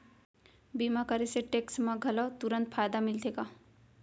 बीमा करे से टेक्स मा घलव तुरंत फायदा मिलथे का?